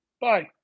Bye